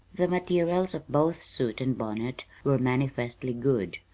the materials of both suit and bonnet were manifestly good,